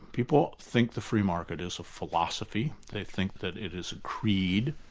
people think the free market is a philosophy, they think that it is a creed.